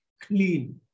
clean